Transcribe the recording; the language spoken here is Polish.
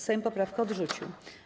Sejm poprawkę odrzucił.